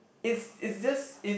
is is just is